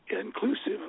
inclusive